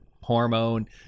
hormone